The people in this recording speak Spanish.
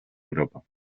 europa